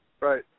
Right